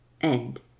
End